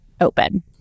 open